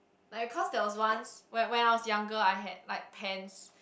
like cause there was once when when I was younger I had like pants